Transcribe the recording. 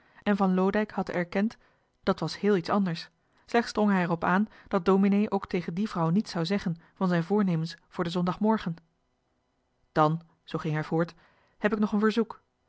en van loodijck had erkend dat was heel iets anders slechts drong hij er op aan dat dominee ook tegen die vrouw niets zou zeggen van zijn voornemens voor den zondagmorgen en zoo was van loodijck geëindigd dan heb ik nog een verzoek